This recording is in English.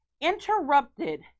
interrupted